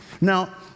Now